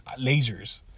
lasers